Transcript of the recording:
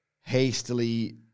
hastily